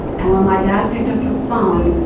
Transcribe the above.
and when my dad picked up the phone,